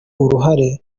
uruhare